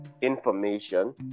information